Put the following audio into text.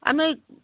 আমি ওই